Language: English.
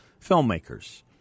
filmmakers